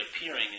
appearing